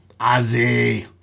Ozzy